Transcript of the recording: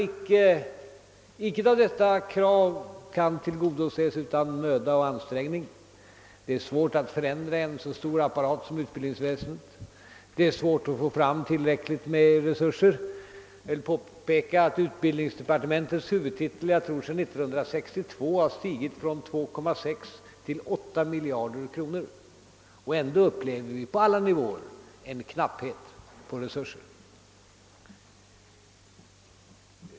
Icke något av dessa krav kan tillgodoses utan möda och ansträngning. Det är svårt att förändra en så stor apparat som utbildningsväsendet, det är svårt att få fram tillräckligt med resurser. Jag vill påpeka att utbildningsdepartementets huvudtitel sedan 1962 har stigit från 2,6 till 8 miljarder kronor, och ändå upplever vi på alla nivåer en knapphet på resurser.